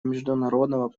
международного